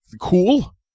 cool